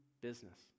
business